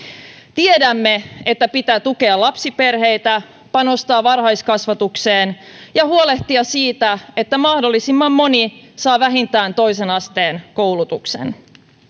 tiedämme että pitää tukea lapsiperheitä panostaa varhaiskasvatukseen ja huolehtia siitä että mahdollisimman moni saa vähintään toisen asteen koulutuksen